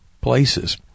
places